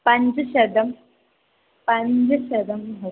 पञ्चशतं पञ्चशतं भवति